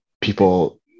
people